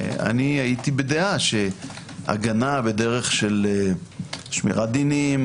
אני הייתי בדעה שהגנה בדרך של שמירת דינים